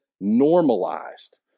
normalized